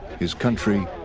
his country,